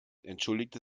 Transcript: entschuldigte